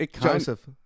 joseph